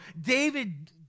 David